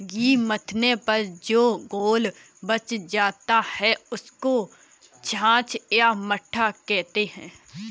घी मथने पर जो घोल बच जाता है, उसको छाछ या मट्ठा कहते हैं